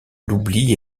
l’oubli